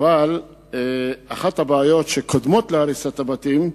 אבל אחת הבעיות שקודמות להריסת הבתים,